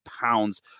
pounds